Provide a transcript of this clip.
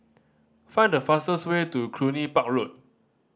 find the fastest way to Cluny Park Road